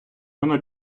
воно